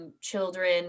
children